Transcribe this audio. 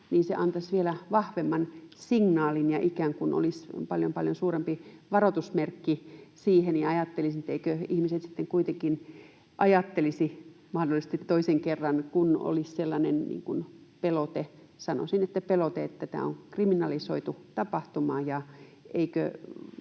antaisi vielä vahvemman signaalin ja olisi ikään kuin paljon paljon suurempi varoitusmerkki? Ajattelisin, että eivätkö ihmiset sitten kuitenkin ajattelisi mahdollisesti toisen kerran, kun olisi sellainen pelote — sanoisin, että pelote, että tämä on kriminalisoitu tapahtuma